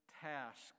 task